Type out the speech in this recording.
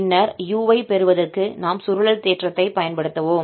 பின்னர் u ஐ பெறுவதற்கு நாம் சுருளல் தேற்றத்தைப் பயன்படுத்துவோம்